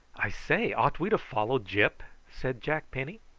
i say, ought we to follow gyp? said jack penny.